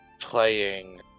playing